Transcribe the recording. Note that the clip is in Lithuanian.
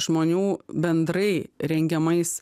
žmonių bendrai rengiamais